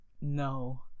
no